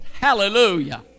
Hallelujah